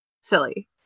silly